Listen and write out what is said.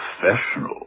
Professional